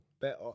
better